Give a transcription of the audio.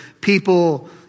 people